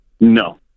No